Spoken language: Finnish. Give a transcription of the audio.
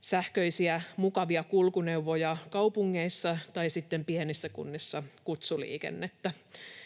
sähköisiä, mukavia kulkuneuvoja kaupungeissa tai sitten pienissä kunnissa kutsuliikennettä.